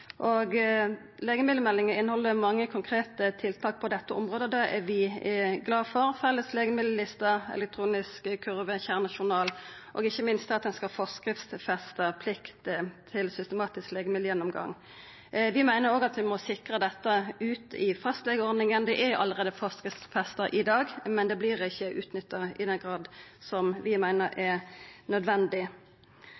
Legemiddelmeldinga inneheld mange konkrete tiltak på dette området, og det er vi glade for: felles legemiddellister, elektronisk kurve, kjernejournal og ikkje minst det at ein skal forskriftsfesta plikt til systematisk legemiddelgjennomgang. Vi meiner òg at vi må sikra dette i fastlegeordninga – det er allereie forskriftsfesta i dag, men det vert ikkje utnytta i den grad som vi meiner